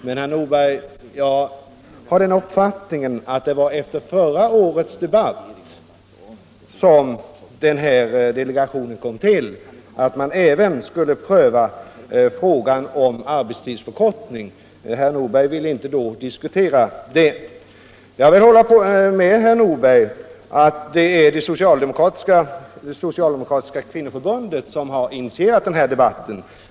Men, herr Nordberg, jag har den uppfattningen att det var efter förra årets debatt som den här delegationen kom till och att man även skulle pröva frågan om arbetstidsförkortning. Herr Nordberg ville då inte diskutera det. Jag håller med herr Nordberg om att det är det socialdemokratiska kvinnoförbundet som har initierat den här debatten.